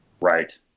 Right